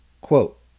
Quote